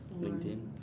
LinkedIn